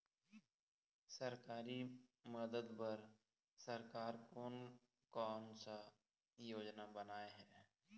सरकारी मदद बर सरकार कोन कौन सा योजना बनाए हे?